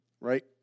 Right